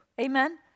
Amen